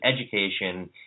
education